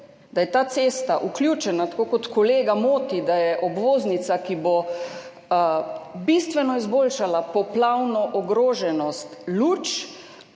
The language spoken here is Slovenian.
da je ta cesta vključena, tako kot kolega moti, da je obvoznica, ki bo bistveno izboljšala poplavno ogroženost Luč,